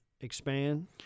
expand